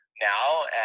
now